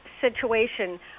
situation